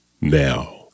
now